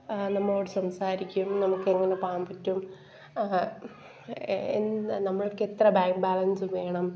നമ്മളോട് സംസാരിക്കും നമുക്ക് എങ്ങനെ പോകാൻ പറ്റും നമുക്കെത്ര ബാങ്ക് ബാലൻസ് വേണം